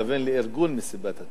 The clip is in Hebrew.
אתה מתכוון לארגון "מסיבת התה".